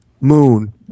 Moon